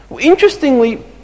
Interestingly